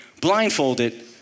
blindfolded